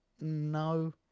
no